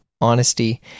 honesty